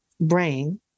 brain